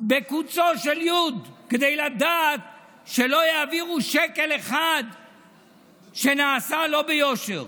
בקוצו של יוד כדי לדעת שלא יעבירו שקל אחד שנעשה לא ביושר.